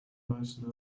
nice